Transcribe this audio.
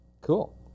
Cool